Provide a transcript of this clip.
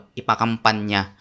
ipakampanya